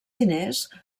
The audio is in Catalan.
diners